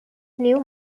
new